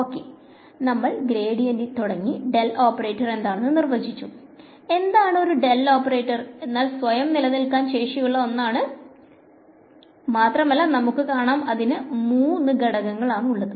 Ok നമ്മൾ ഗ്രേഡിയന്റിൽ തുടങ്ങി ഡെൽ ഓപ്പറേറ്റർ എന്താണെന് നിർവചിച്ചു എന്താണ് ഒരു ഡെൽ ഓപ്പറേറ്റർ എന്നാൽ സ്വയം നിലനിൽക്കാൻ ശേഷിയുള്ള ഒന്നാണ് മാത്രമല്ല നമുക്ക് കാണാം അതിന് മൂന്ന് ഘടകങ്ങൾ ആണുള്ളത്